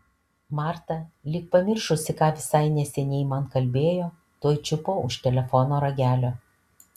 marta lyg pamiršusi ką visai neseniai man kalbėjo tuoj čiupo už telefono ragelio